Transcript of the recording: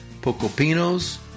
Pocopinos